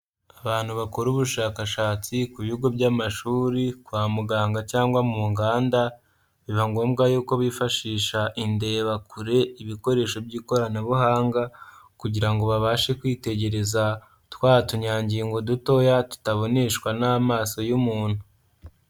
Abantu bakora ubushakashatsi ku bigo by'amashuri, kwa muganga cyangwa mu nganda, biba ngombwa yuko bifashisha indebakure, ibikoresho by'ikoranabuhanga, kugira ngo babashe kwitegereza twa tunyangingo dutoya, tutaboneshwa n'amaso y'umuntu.